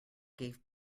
gave